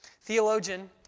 Theologian